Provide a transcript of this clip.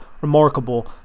remarkable